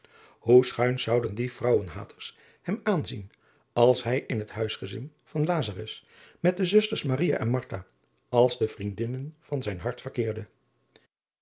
oe schuins zouden die vrouwenhaters hem aanzien als hij in het huisgezin van met de zusters en als de vriendinnen van zijn hart verkeerde